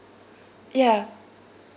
ya